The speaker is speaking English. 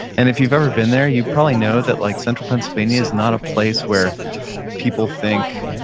and if you've ever been there, you probably know that like central pennsylvania is not a place where people think,